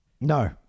No